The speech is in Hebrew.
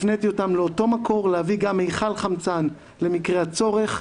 הפניתי אותם לאותו מקור להביא גם מיכל חמצן למקרה הצורך,